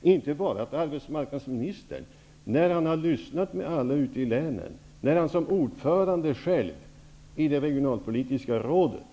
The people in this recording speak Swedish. Det får inte bara vara så att arbetsmarknadsministern efter det att han har lyssnat med folk ute i länen och såsom ordförande själv i det regionalpolitiska rådet